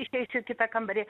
iškeičiu į kitą kambarį